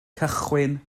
cychwyn